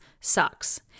sucks